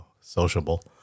sociable